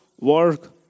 work